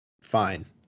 fine